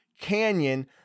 canyon